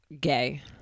gay